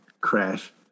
Crash